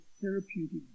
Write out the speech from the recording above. therapeutic